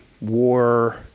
war